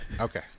Okay